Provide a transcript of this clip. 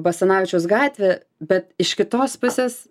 basanavičiaus gatvė bet iš kitos pusės